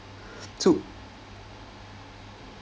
so